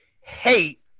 hate